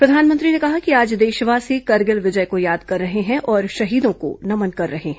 प्रधानमंत्री ने कहा कि आज देशवासी करगिल विजय को याद कर रहे हैं और शहीदों को नमन कर रहे हैं